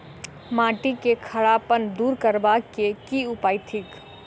माटि केँ खड़ापन दूर करबाक की उपाय थिक?